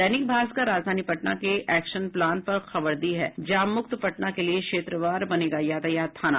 दैनिक भास्कर राजधानी पटना के action plan पर खबर दी है जाम मुक्त पटना के लिए क्षेत्रवार बनेगा यातायात थाना